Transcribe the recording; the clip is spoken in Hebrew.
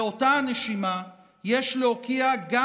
באותה הנשימה יש להוקיע גם,